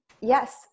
yes